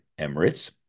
Emirates